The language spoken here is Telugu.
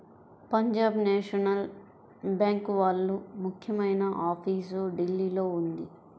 పంజాబ్ నేషనల్ బ్యేంకు వాళ్ళ ముఖ్యమైన ఆఫీసు ఢిల్లీలో ఉంది